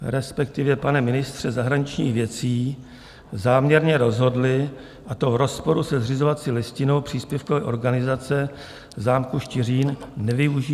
...respektive pane ministře zahraničních věcí, záměrně rozhodli, a to v rozporu se zřizovací listinou příspěvkové organizace Zámku Štiřín nevyužít...